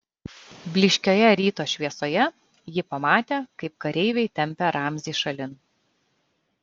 blyškioje ryto šviesoje ji pamatė kaip kareiviai tempia ramzį šalin